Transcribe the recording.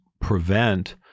prevent